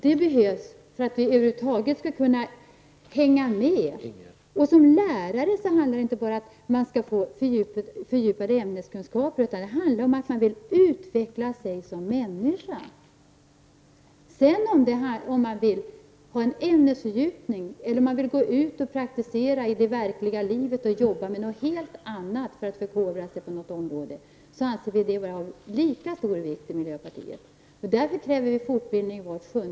Den behövs för att man som lärare över huvud taget skall kunna hänga med. Det handlar inte bara om att man skall få fördjupade ämneskunskaper, utan om att man vill utveckla sig själv som människa. Om man sedan vill ha fördjupade ämneskunskaper eller om man vill gå ut och praktisera i det verkliga livet och ar beta med något helt annat för att förkovra sig på något område anser vi i miljöpartiet det vara av lika stor vikt.